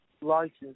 license